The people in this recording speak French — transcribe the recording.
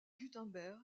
gutenberg